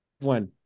one